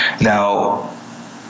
Now